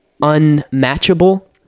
unmatchable